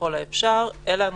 ככל האפשר אלה הנוסחים.